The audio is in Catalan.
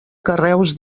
carreus